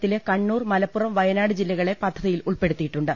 കേരളത്തിലെ കണ്ണൂർ മലപ്പൂറം വയനാട് ജില്ലകളെ പദ്ധതിയിൽ ഉൾപ്പെടുത്തിയിട്ടുണ്ട്